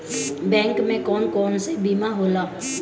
Bank में कौन कौन से बीमा होला?